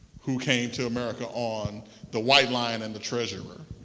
who came to america on the white lion and the treasurer